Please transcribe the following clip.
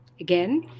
again